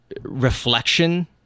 reflection